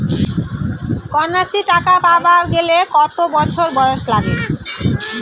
কন্যাশ্রী টাকা পাবার গেলে কতো বছর বয়স লাগে?